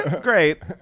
Great